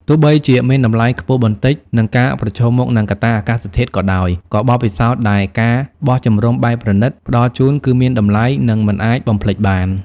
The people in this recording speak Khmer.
ទោះបីជាមានតម្លៃខ្ពស់បន្តិច និងការប្រឈមមុខនឹងកត្តាអាកាសធាតុក៏ដោយ ក៏បទពិសោធន៍ដែល ការបោះជំរំបែបប្រណីត ផ្តល់ជូនគឺមានតម្លៃ និងមិនអាចបំភ្លេចបាន។